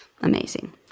amazing